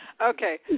Okay